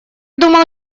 думал